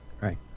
Right